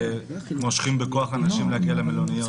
שמושכים בכוח אנשים להגיע למלוניות?